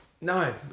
No